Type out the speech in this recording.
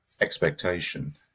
expectation